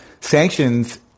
sanctions